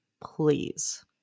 please